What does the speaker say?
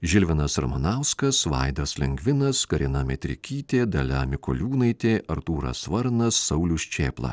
žilvinas ramanauskas vaidas lengvinas karina metrikytė dalia mikoliūnaitė artūras varnas saulius čėpla